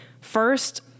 First